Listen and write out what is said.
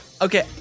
Okay